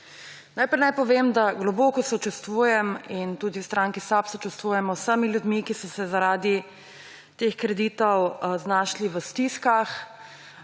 Najprej naj povem, da globoko sočustvujem, in tudi v stranki SAB sočustvujemo, z vsemi ljudmi, ki so se zaradi teh kreditov znašli v stiskah,